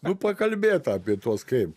nu pakalbėt apie tuos kaip